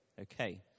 okay